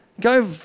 Go